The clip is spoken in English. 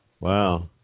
wow